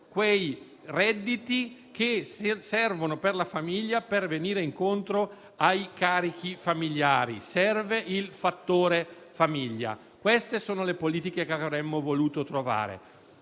quei redditi che servono alla famiglia per venire incontro ai carichi familiari. Serve il fattore famiglia. Queste sono le politiche che avremmo voluto trovare.